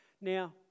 Now